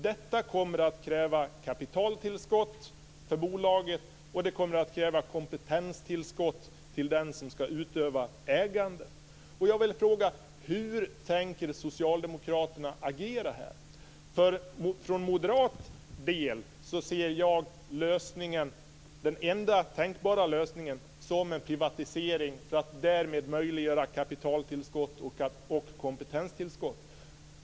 Detta kommer att kräva kapitaltillskott för bolaget och kompetenstillskott till den som ska utöva ägandet. Jag vill fråga: Hur tänker Socialdemokraterna agera här? För moderat del ser jag privatisering som den enda tänkbara lösningen för att därmed möjliggöra kapitaltillskott och kompetenstillskott.